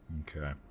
Okay